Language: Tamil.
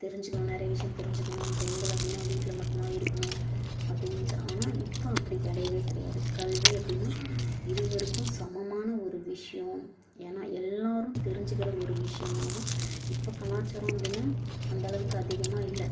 தெரிஞ்சுக்கணும் நிறைய விஷயம் தெரிஞ்சுக்கணும் பெண்கள் அப்படினா வீட்டில் மட்டும்தான் இருக்கணும் அப்படினு நினச்சேன் ஆனால் இப்போ அப்படி கிடையவே கிடையாது கல்வி அப்படினா இருவருக்கும் சமமான ஒரு விஷயம் ஏன்னா எல்லாரும் தெரிஞ்சிக்கிற ஒரு விஷியமாகவும் இப்போ கலாச்சாரம் அப்படினா அந்த அளவுக்கு அதிகமாக இல்லை